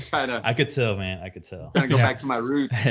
but i could tell man, i could tell. i go back to my roots.